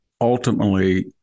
ultimately